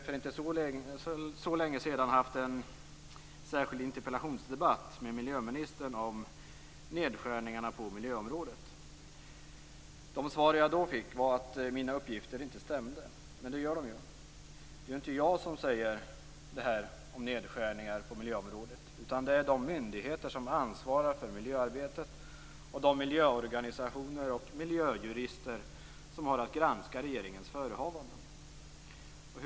För inte så länge sedan hade jag en särskild interpellationsdebatt med miljöministern om nedskärningarna på miljöområdet. De svar jag då fick var att mina uppgifter inte stämde, men det gör de ju. Det är ju inte jag som säger detta om nedskärningar på miljöområdet utan det är de myndigheter som ansvarar för miljöarbetet och de miljöorganisationer och miljöjurister som har att granska regeringens förehavanden.